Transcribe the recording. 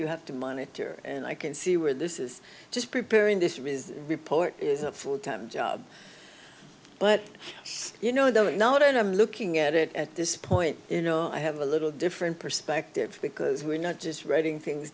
you have to monitor and i can see where this is just preparing this is report is a full time job but you know i don't know what i'm looking at it at this point you know i have a little different perspective because we're not just writing things